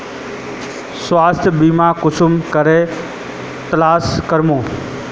स्वास्थ्य बीमा कुंसम करे तलाश करूम?